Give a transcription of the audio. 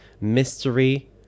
mystery